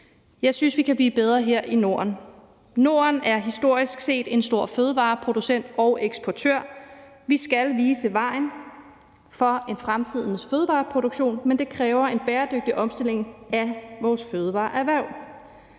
Jeg synes, vi kan blive bedre her i Norden. Norden er historisk set en stor fødevareproducent og -eksportør. Vi skal vise vejen for fremtidens fødevareproduktion, men det kræver en bæredygtig omstilling af vores fødevareerhverv.